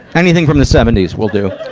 anything from the seventy s will do.